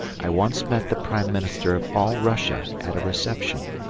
i once met the prime minister of all russia at a reception.